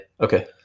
Okay